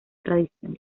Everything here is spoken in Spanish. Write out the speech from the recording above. tradición